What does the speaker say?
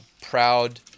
proud